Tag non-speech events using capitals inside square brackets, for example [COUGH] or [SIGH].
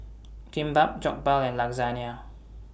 Kimbap Jokbal and [UNINTELLIGIBLE]